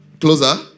Closer